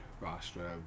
roster